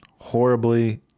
Horribly